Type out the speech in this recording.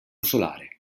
solare